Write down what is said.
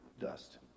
dust